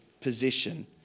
position